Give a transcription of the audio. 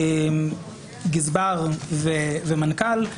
גזבר ומנכ"ל.